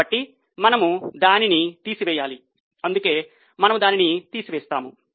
కాబట్టి మనము దానిని తీసివేయాలి అందుకే మనము దానిని తీసివేస్తాము